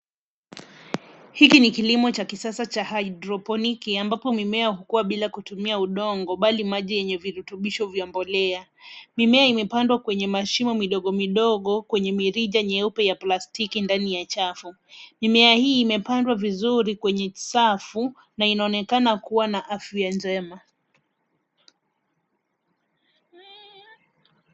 Hiki ni kilimo cha kisasa cha hydroponiki ambapo mimea hukuwa bila kutumia udongo bali maji yenye virutubisho vya mbolea ,mimea imepandwa kwenye mashimo midogo midogo kwenye mirija nyeupe ya plastiki ndani ya chafu mimea hii imepandwa vizuri kwenye safu na inaonekana kuwa na afya njema.